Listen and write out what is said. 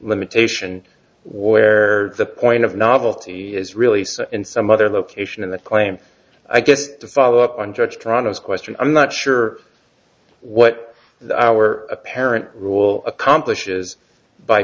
limitation where the point of novelty is really so in some other location in the claim i guess to follow up on judge trados question i'm not sure what our apparent rule accomplishes by